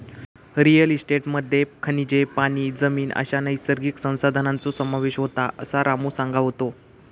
real इस्टेटमध्ये खनिजे, पाणी, जमीन अश्या नैसर्गिक संसाधनांचो समावेश होता, असा रामू सांगा होतो